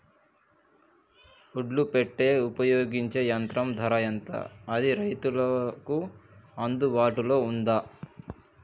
ఒడ్లు పెట్టే ఉపయోగించే యంత్రం ధర ఎంత అది రైతులకు అందుబాటులో ఉందా?